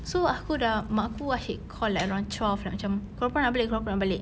so aku sudah mak aku asyik call like around twelve like macam pukul berapa nak balik pukul berapa nak balik